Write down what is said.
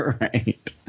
right